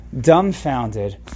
dumbfounded